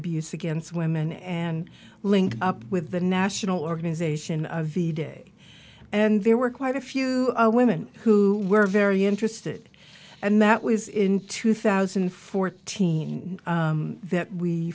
abuse against women and link up with the national organization of the day and there were quite a few women who were very interested and that was in two thousand and fourteen that we